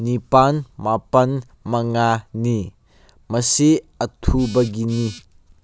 ꯅꯤꯄꯥꯜ ꯃꯥꯄꯜ ꯃꯉꯥꯅꯤ ꯃꯁꯤ ꯑꯊꯨꯕꯒꯤꯅꯤ